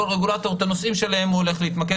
כל רגולטור את הנושאים שעליהם הוא הולך להתמקד.